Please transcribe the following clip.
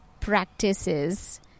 practices